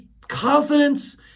confidence